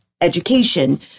education